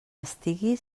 estigui